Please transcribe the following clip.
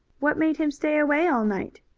what made him stay away all night?